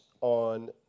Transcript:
on